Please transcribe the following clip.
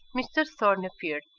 mr thorne appeared,